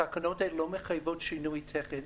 התקנות האלה לא מחייבות שינוי תכן,